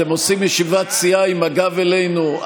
אתם עושים ישיבת סיעה עם הגב אלינו.